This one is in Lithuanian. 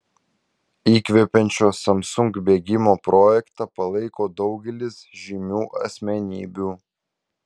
įkvepiančio samsung bėgimo projektą palaiko daugelis žymių asmenybių